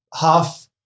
half